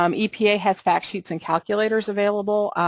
um epa has fact sheets and calculators available,